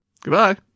Goodbye